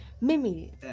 Mimi